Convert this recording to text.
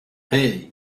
hey